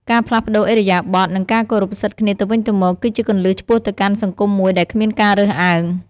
ការផ្លាស់ប្ដូរឥរិយាបថ និងការគោរពសិទ្ធិគ្នាទៅវិញទៅមក គឺជាគន្លឹះឆ្ពោះទៅកាន់សង្គមមួយដែលគ្មានការរើសអើង។